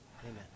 Amen